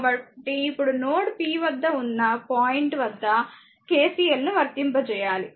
కాబట్టి ఇప్పుడు node p వద్ద ఉన్న పాయింట్ వద్ద KCL ను వర్తింపచేయాలి